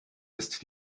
ist